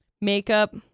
Makeup